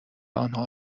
آنها